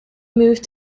moved